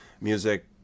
music